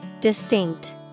Distinct